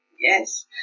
Yes